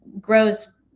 grows